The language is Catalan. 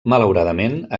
malauradament